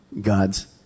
God's